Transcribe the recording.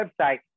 website